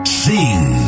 sing